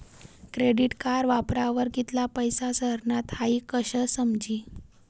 credit card वापरावर कित्ला पैसा सरनात हाई कशं समजी